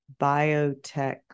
biotech